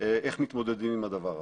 איך מתמודדים עם הדבר הזה.